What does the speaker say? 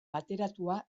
bateratua